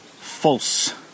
false